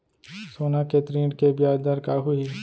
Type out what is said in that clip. सोना के ऋण के ब्याज दर का होही?